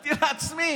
אמרתי לעצמי: